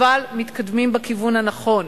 אבל מתקדמים בכיוון הנכון.